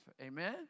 Amen